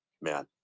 man